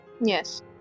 Yes